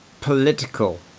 political